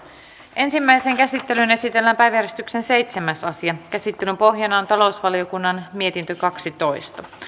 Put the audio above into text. ensimmäiseen käsittelyyn esitellään päiväjärjestyksen seitsemäs asia käsittelyn pohjana on talousvaliokunnan mietintö kaksitoista